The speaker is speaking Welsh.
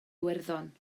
iwerddon